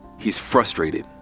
he's frustrated.